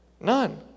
None